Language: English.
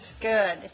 Good